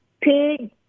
Pig